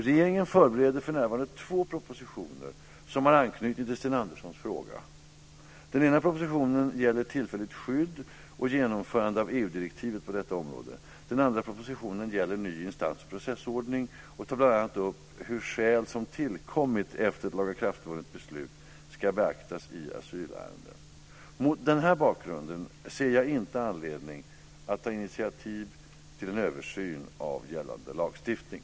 Regeringen förbereder för närvarande två propositioner som har anknytning till Sten Anderssons fråga. Den ena propositionen gäller tillfälligt skydd och genomförande av EU-direktivet på detta område. Den andra propositionen gäller ny instans och processordning och tar bl.a. upp hur skäl som tillkommit efter ett lagakraftvunnet beslut ska beaktas i asylärenden. Mot denna bakgrund ser jag inte anledning att ta initiativ till en översyn av gällande lagstiftning.